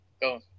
Go